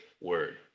word